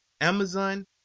Amazon